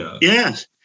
Yes